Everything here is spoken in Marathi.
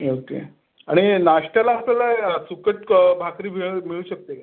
ओके आणि नाश्त्याला आपल्याला सुक्कट क भाकरी मिळेल मिळू शकते का